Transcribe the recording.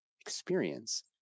experience